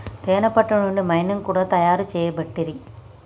తేనే పట్టు నుండి మైనం కూడా తయారు చేయబట్టిరి